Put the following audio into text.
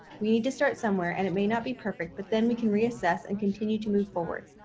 we need to start somewhere and it may not be perfect, but then we can reassess and continue to move forward.